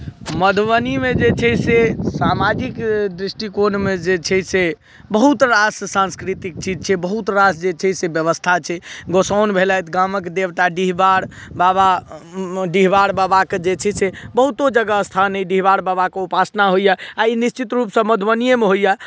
मधुबनीमे जे छै से सामाजिक दृष्टिकोणमे जे छै से बहुत रास सांस्कृतिक छै बहुत रास जे छै से व्यवस्था छै गोसाउनि भेलथि गाँवक देवता डिहबार बाबा डिहबार बाबाके जे छै से बहुतो जगह स्थान अहि डिहवार बाबाके उपासना होइया आ ई निश्चित रूपसँ मधुबनियेमे होइया